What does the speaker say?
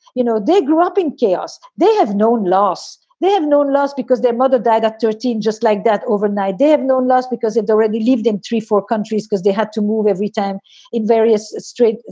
you know, they grew up in chaos. they have no loss they have no loss because their mother died at thirteen just like that overnight. they have no loss because if they already lived in three, four countries, because they to move every time in various strange,